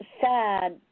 sad